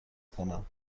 کنم